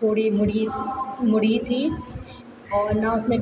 थोड़ी मुड़ी मुड़ी थी और ना उसमें